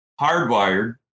Hardwired